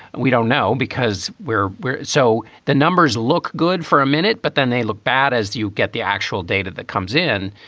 we don't know because we're. so the numbers look good for a minute, but then they look bad as you get the actual data that comes in.